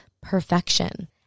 perfection